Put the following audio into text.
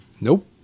Nope